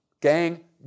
Gang